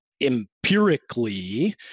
empirically